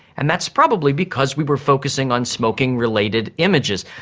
and that's probably because we were focusing on smoking-related images.